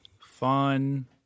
fun